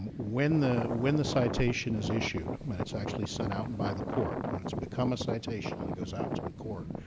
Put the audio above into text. when the when the citation is issued when, it's actually sent out by the court, when has become a citation and it goes out to the court,